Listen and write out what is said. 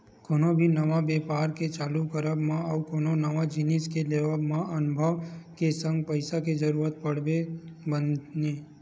कोनो भी नवा बेपार के चालू करब मा अउ कोनो नवा जिनिस के लेवब म अनभव के संग पइसा के जरुरत पड़थे बने